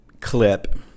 clip